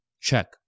Check